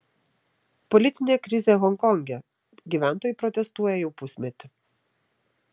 politinė krizė honkonge gyventojai protestuoja jau pusmetį